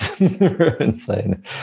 insane